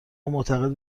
معتقد